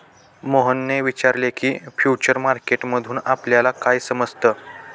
मोहनने विचारले की, फ्युचर मार्केट मधून आपल्याला काय समजतं?